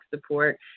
support